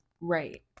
Right